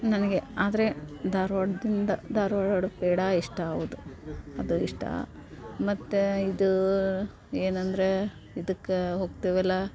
ನನಗೆ ಆದರೆ ಧಾರ್ವಾಡದಿಂದ ಧಾರ್ವಾಡ ಪೇಡಾ ಇಷ್ಟ ಹೌದ್ ಅದು ಇಷ್ಟ ಮತ್ತು ಇದು ಏನಂದರೆ ಇದಕ್ಕೆ ಹೋಗ್ತೇವಲ್ಲ